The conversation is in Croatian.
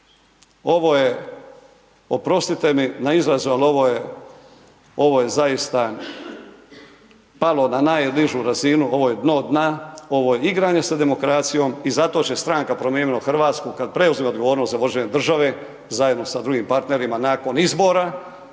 ovo je, oprostite mi na izrazu, ali ovo je zaista, palo na najnižu razinu, ovo je dno dna, ovo je igranje sa demokracijom i zato će stranka Promijenimo Hrvatsku, kada preuzme odgovornost za vođenje države, zajedno sa drugim partnerima nakon izbora,